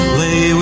lay